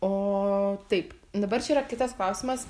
o taip dabar čia yra kitas klausimas